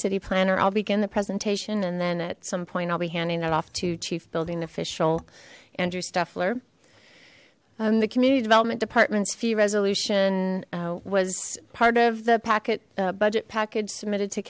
city planner i'll begin the presentation and then at some point i'll be handing it off to chief building official andrew steffler the community development departments fee resolution was part of the packet budget package submitted to